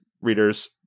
readers